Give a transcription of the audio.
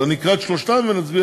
אני אקרא את שלושתן ונצביע,